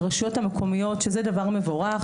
ברשויות המקומיות שזה דבר מבורך